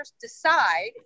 decide